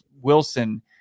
Wilson